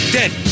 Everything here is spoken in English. dead